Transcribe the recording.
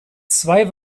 zwei